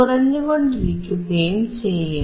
കുറഞ്ഞുകൊണ്ടിരിക്കുകയും ചെയ്യും